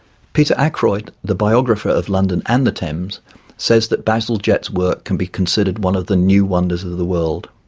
peter ackroyd, the biographer of london and the thames says that bazalgette's work can be considered one of the new wonders of the world.